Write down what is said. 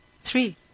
three